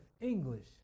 English